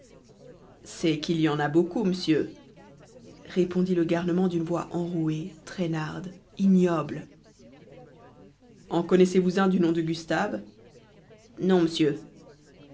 c'est qu'il y en a beaucoup m'sieu répondit le garnement d'une voix enrouée traînarde ignoble en connaissez-vous un du nom de gustave non m'sieu